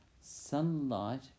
Sunlight